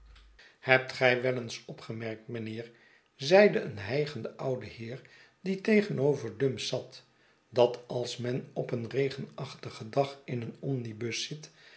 hebt gij wel eens opgemerkt mijnheer zeide een hijgende oude heer die tegenover dumps zat dat als men op een regenachtigen dag in een omnibus zit